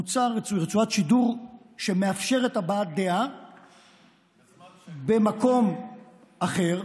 הוצעה רצועת שידור שמאפשרת הבעת דעה במקום אחר,